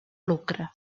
lucre